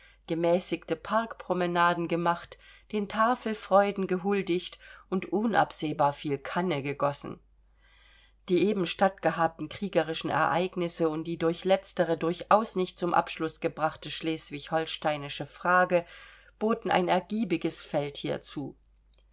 gemäßigte parkpromenaden gemacht den tafelfreuden gehuldigt und unabsehbar viel kannegegossen die eben stattgehabten kriegerischen ereignisse und die durch letztere durchaus nicht zum abschluß gebrachte schleswig holsteinische frage boten ein ergiebiges feld hierzu